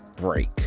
break